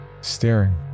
staring